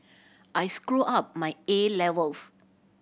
I screw up my A levels